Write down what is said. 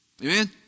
Amen